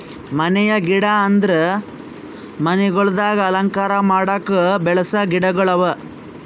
ಮನೆಯ ಗಿಡ ಅಂದುರ್ ಮನಿಗೊಳ್ದಾಗ್ ಅಲಂಕಾರ ಮಾಡುಕ್ ಬೆಳಸ ಗಿಡಗೊಳ್ ಅವಾ